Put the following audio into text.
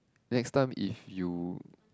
next time if you